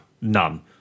None